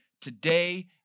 Today